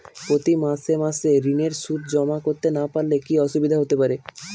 প্রতি মাসে মাসে ঋণের সুদ জমা করতে না পারলে কি অসুবিধা হতে পারে?